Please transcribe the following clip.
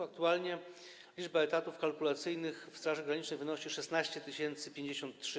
Aktualnie liczba etatów kalkulacyjnych w Straży Granicznej wynosi 16 053.